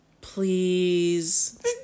Please